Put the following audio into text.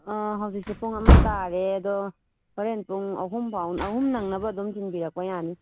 ꯍꯧꯖꯤꯛꯁꯦ ꯄꯨꯡ ꯑꯃ ꯇꯥꯔꯦ ꯑꯗꯣ ꯍꯣꯔꯦꯟ ꯄꯨꯡ ꯑꯍꯨꯝ ꯅꯪꯅꯕ ꯑꯗꯨꯝ ꯊꯤꯟꯕꯤꯔꯛꯄ ꯌꯥꯅꯤ